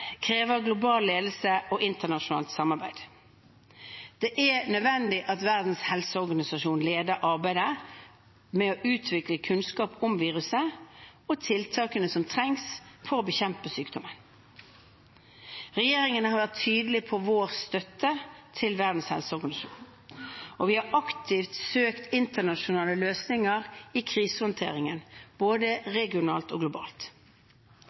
krever global ledelse og internasjonalt samarbeid. Det er nødvendig at Verdens helseorganisasjon leder arbeidet med å utvikle kunnskap om viruset og tiltakene som trengs for å bekjempe sykdommen. Regjeringen har vært tydelig på vår støtte til Verdens helseorganisasjon, og vi har aktivt søkt internasjonale løsninger i krisehåndteringen både regionalt og globalt.